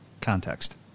context